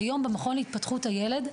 כיום במכון להתפתחות הילד,